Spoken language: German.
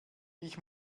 ich